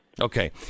Okay